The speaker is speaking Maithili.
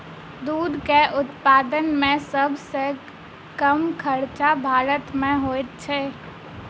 दूधक उत्पादन मे सभ सॅ कम खर्च भारत मे होइत छै